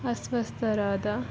ಅಸ್ವಸ್ಥರಾದ